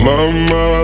Mama